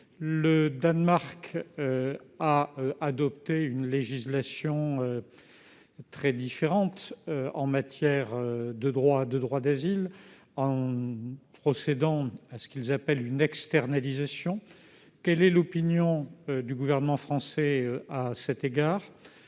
Le Danemark a adopté une législation très différente en matière de droit d'asile, en procédant à ce que les Danois appellent une externalisation. Quelle est l'opinion du Gouvernement français à cet égard ?